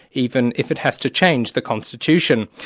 even if it has to change the constitution.